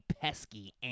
pesky